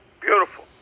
beautiful